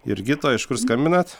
jurgita iš kur skambinat